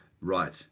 right